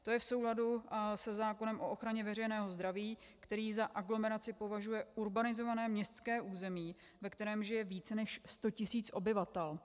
To je v souladu se zákonem o ochraně veřejného zdraví, který za aglomeraci považuje urbanizované městské území, ve kterém žije více než 100 tisíc obyvatel.